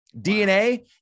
DNA